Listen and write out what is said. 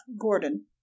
Gordon